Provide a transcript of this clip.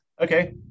Okay